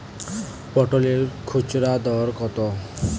পটলের খুচরা দর কত?